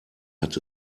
hat